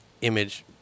image